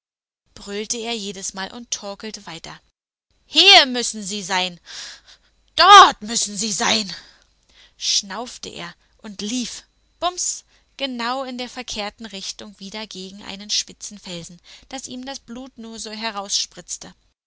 brüllte er jedesmal und torkelte weiter hier müssen sie sein dort müssen sie stehen schnaufte er und lief bums genau in der verkehrten richtung wieder gegen einen spitzen felsen daß ihm das blut nur so